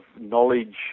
knowledge